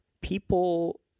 people